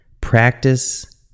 practice